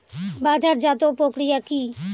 বাজারজাতও প্রক্রিয়া কি?